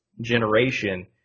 generation